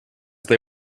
they